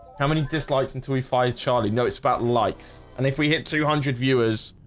how many dislikes until we five charlie? no, it's about lights and if we hit two hundred viewers,